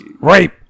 Rape